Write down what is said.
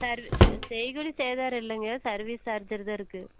sir செய்கூலி சேதாரம் இல்லைங்க சர்வீஸ் சார்ஜர் தான் இருக்கு